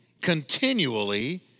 continually